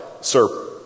Sir